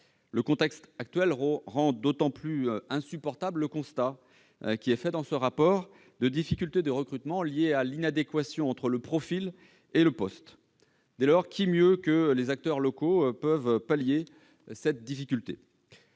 Le contexte actuel rend d'autant plus insupportable le constat, qui est dressé dans ce rapport, de difficultés de recrutement liées à une inadéquation entre le profil des candidats et le poste. Qui mieux que les acteurs locaux peut pallier une telle difficulté ?